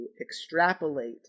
extrapolate